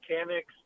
mechanics